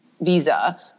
visa